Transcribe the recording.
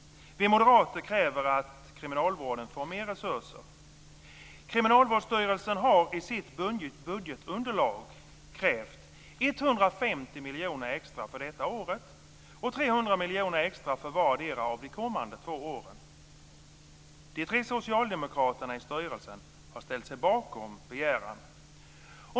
Vi moderater kräver att kriminalvården får mer resurser. Kriminalvårdsstyrelsen har i sitt budgetunderlag krävt 150 miljoner extra för detta år och 300 miljoner extra för vardera av de kommande två åren. De tre socialdemokraterna i styrelsen har ställt sig bakom begäran.